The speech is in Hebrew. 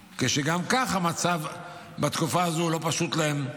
כשגם כך המצב בתקופה הזו הוא לא פשוט להם,